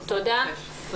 תודה.